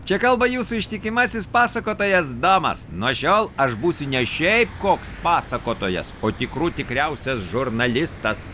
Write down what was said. čia kalba jūsų ištikimasis pasakotojas domas nuo šiol aš būsiu ne šiaip koks pasakotojas o tikrų tikriausias žurnalistas